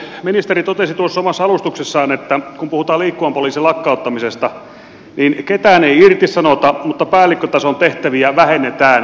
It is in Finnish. ministeri totesi tuossa omassa alustuksessaan kun puhuttiin liikkuvan poliisin lakkauttamisesta että ketään ei irtisanota mutta päällikkötason tehtäviä vähennetään